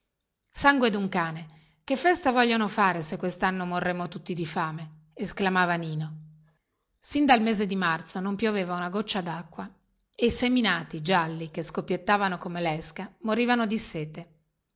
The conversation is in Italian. sangue dun cane che festa vogliono fare se questanno morremo tutti di fame esclamava nino sin dal mese di marzo non pioveva una goccia dacqua e i seminati gialli che scoppiettavano come lesca morivano di sete